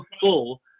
full